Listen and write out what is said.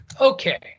Okay